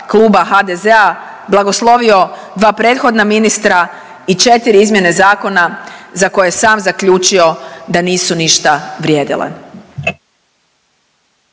kluba HDZ-a blagoslovio dva prethodna ministra i četiri izmjene zakona za koje je sam zaključio da nisu ništa vrijedile.